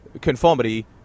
conformity